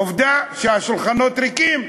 עובדה שהשולחנות ריקים.